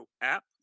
app